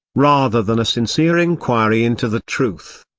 rather than a sincere inquiry into the truth.